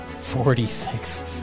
forty-six